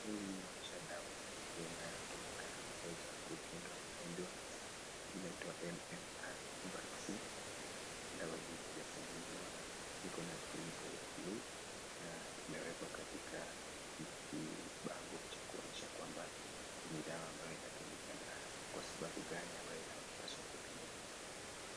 Hii inaonyesha dawa inayotumika za kukunga ugonjwa inaitwa MMR Vaccine, dawa hii haijafunguliwa ikona kifuniko ya blue , na imewekwa katika bango cha kuonyesha kwamba ni dawa ambayo inatumika na kwa sababu gani.